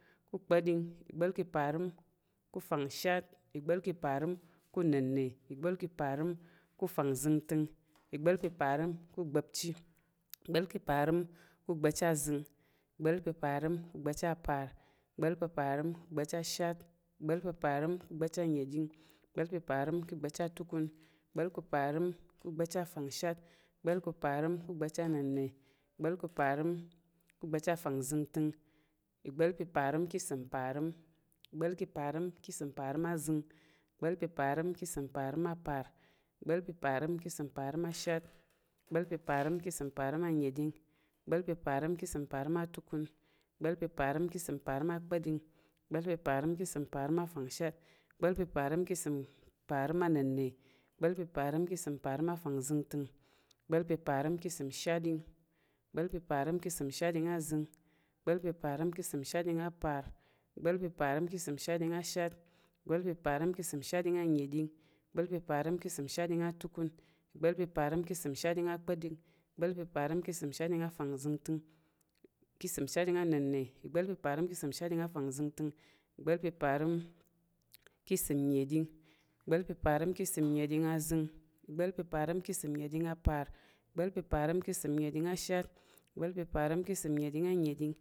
Ka̱ kpa̱ɗing, ìgba̱l ka̱ parəm ka̱ fangshat, ìgbá̱l ka̱ uparəm ka̱ nənna̱, ìgba̱l ka̱ parəm ku fangzəngtəng, ìgba̱l ̱pa̱ parəm ka̱ ugba̱pchi, ìgba̱l pa̱ parəm gba̱pchi uzəng, ìgba̱l pa̱ parəm gba̱pchi apar, ìgba̱l pa̱ parəm gba̱pchi ashat, ìgba̱l pa̱ parəm gba̱pchi anəɗing, ìgba̱l pa̱ parəm gba̱pchi atukun, ìgba̱l pa̱ parəm gba̱pchi afangshat, ìgba̱l pa̱ parəm gba̱pchi a nənna̱, ìgba̱l pa̱ parəm gba̱pchi afangzəngtəng, ìgba̱l pa̱ parəm ka̱ ìsəm parəm azəng, ìgba̱l pa̱ parəm ka̱ ìsəm parəm a par, ìgba̱l pa̱ parəm ka̱ ìsəm parəm ashat, ìgba̱l pa̱ parəm ka̱ ìsəm parəm anəɗing, ìgba̱l pa̱ parəm ka̱ ìsəm parəm atukun, ìgba̱l pa̱ parəm ka̱ ìsəm parəm akpa̱ɗing, ìgba̱l pa̱ parəm ka̱ ìsəm parəm afangshat, ìgba̱l pa̱ parəm ka̱ ìsəm parəm anənna̱, ìgba̱l pa̱ parəm ka̱ ìsəm parəm afangzəngtəng, ìgba̱l pa̱ parəm ka̱ ìsəm shatɗing, ìgba̱l pa̱ parəm ka̱ ìsəm shatɗing azəng, ìgba̱l pa̱ parəm ka̱ ìsəm shatɗing apar, ìgba̱l pa̱ parəm ka̱ ìsəm shatɗing ashat, ìgba̱l pa̱ parəm ka̱ ìsəm shatɗing anənɗing, ìgba̱l pa̱ parəm ka̱ ìsəm shatɗing atukun, ìgba̱l pa̱ parəm ka̱ ìsəm shatɗing akpa̱ɗing, ìgba̱l pa̱ parəm ka̱ ìsəm shatɗing afangzəngtəng, ìgba̱l pa̱ parəm ka̱ səm shatɗing a fangzəngtəng, ìgba̱l pa̱ parəm ki səm nəɗing, ìgba̱l pa̱ parəm ki səm nəɗing azəng, ìgba̱l pa̱ parəm ki səm nəɗing apar, ìgba̱l pa̱ parəm ki səm nəɗing ashat, ìgba̱l pa̱ parəm ki səm nəɗing anəɗing,